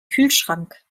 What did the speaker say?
kühlschrank